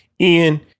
Ian